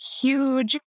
huge